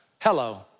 hello